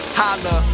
holla